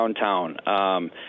downtown